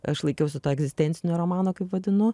aš laikiausi to egzistencinio romano kaip vadinu